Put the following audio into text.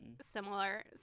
similar